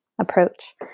approach